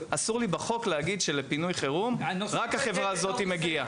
להגיד שלפינוי חירום רק חברה מסוימת מגיעה.